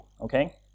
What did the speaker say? okay